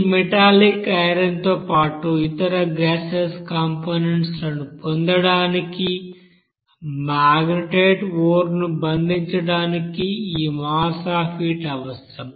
ఈ metallic iron తో పాటు ఇతర గాసీయోస్ కంపోనెంట్స్ లను పొందడానికి మాగ్నెటైట్ ఓర్ ను బంధించడానికి ఈ మాస్ ఆఫ్ హీట్ అవసరం